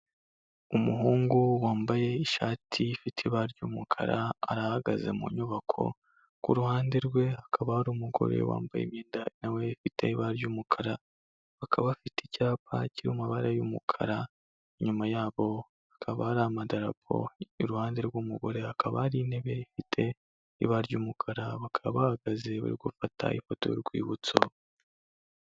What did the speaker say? Umuhungu wambaye ishati ifite ibara ry'umukara arahagaze mu nyubako kuruhande rwe akaba ari umugore wambaye imyenda nawe ufite ibara ry'umukara bakaba bafite icyapa cymabara y'umukara inyuma yabo akaba hari amadarapo iruhande rw'umugore akaba ari intebe ifite ibara ry'umukara bakaba bahagaze bari gufata ifoto y'urwibutso.